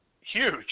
huge